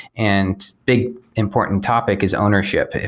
and big important topic is ownership.